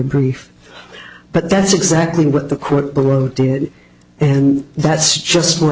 brief but that's exactly what the court below did and that's just